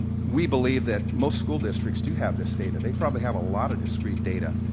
we believe that most school districts do have this data. they probably have a lot of discrete data,